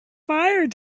fire